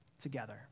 together